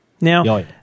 Now-